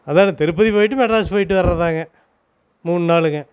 அதாங்க திருப்பதி போயிட்டு மெட்ராஸ் போயிட்டு வர்றதாங்க மூணு நாளுங்க